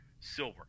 silver